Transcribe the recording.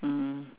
mm